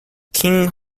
king